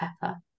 pepper